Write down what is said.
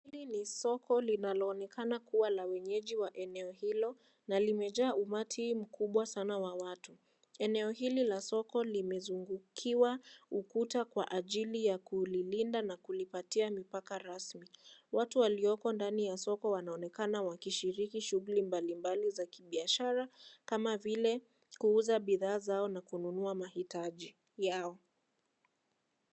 Hili ni soko linaloonekana kuwa la wenyeji wa eneoo hilo nalimejaa umati mkubwa sana wa watu, eneo hili la soko limezungukiwa ukuta kwa ajili ya kulilinda na kulipatia mipaka rasmi, watu walioko ndani ya soko wanaonekana wakishiriki shughuli mbalimbali za kibiashara, kama vile, kuuza bidhaa zao na kununua mahitaji, yao.